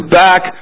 back